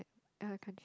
uh countries